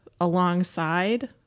alongside